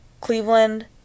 Cleveland